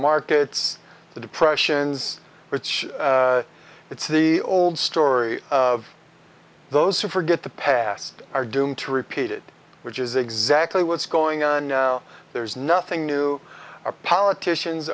markets the depressions which it's the old story of those who forget the past are doomed to repeat it which is exactly what's going on now there's nothing new our politicians